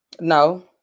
No